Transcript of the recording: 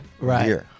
Right